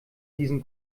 diesen